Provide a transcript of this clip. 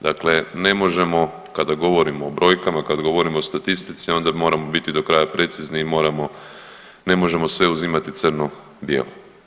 Dakle, ne možemo kada govorimo o brojkama, kada govorimo o statistici, onda moramo do kraja biti precizni i moramo, ne možemo sve uzimati crno-bijelo.